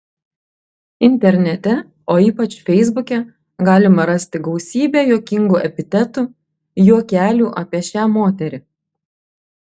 internete o ypač feisbuke galima rasti gausybę juokingų epitetų juokelių apie šią moterį